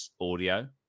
audio